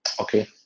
Okay